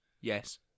Yes